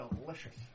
delicious